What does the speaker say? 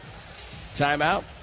timeout